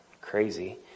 crazy